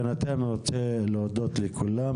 בינתיים אני רוצה להודות לכולם.